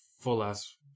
full-ass